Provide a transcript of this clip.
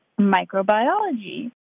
microbiology